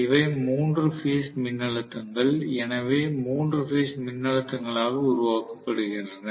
இவை மூன்று பேஸ் மின்னழுத்தங்கள் எனவே மூன்று பேஸ் மின்னழுத்தங்களாக உருவாக்கப்படுகின்றன